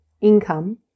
income